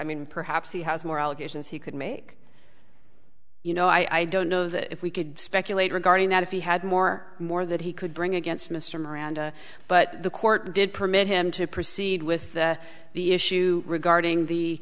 mean perhaps he has more allegations he could make you know i don't know if we could speculate regarding that if he had more more that he could bring against mr miranda but the court did permit him to proceed with the issue regarding